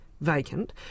vacant